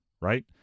right